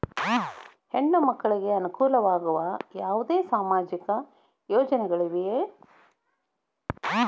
ಹೆಣ್ಣು ಮಕ್ಕಳಿಗೆ ಅನುಕೂಲವಾಗುವ ಯಾವುದೇ ಸಾಮಾಜಿಕ ಯೋಜನೆಗಳಿವೆಯೇ?